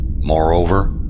Moreover